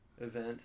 event